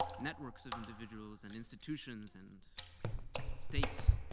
networks of individuals and institutions and states